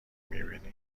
میبینی